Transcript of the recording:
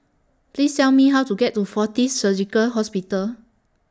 Please Tell Me How to get to Fortis Surgical Hospital